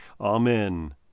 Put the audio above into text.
Amen